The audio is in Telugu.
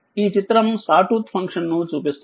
ఈ చిత్రం సా టూత్ ఫంక్షన్ ను చూపిస్తుంది